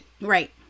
Right